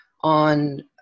on